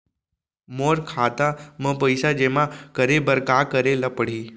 मोर खाता म पइसा जेमा करे बर का करे ल पड़ही?